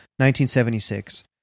1976